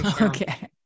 Okay